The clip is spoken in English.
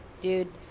dude